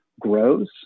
grows